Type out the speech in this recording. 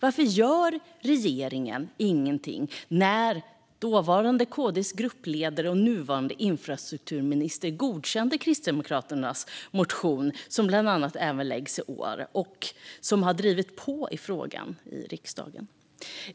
Varför gör regeringen ingenting? KD:s dåvarande gruppledare, den nuvarande infrastrukturministern, godkände ju Kristdemokraternas motion, som även läggs i år, och har drivit på i frågan i riksdagen.